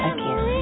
Again